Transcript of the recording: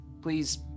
Please